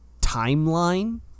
timeline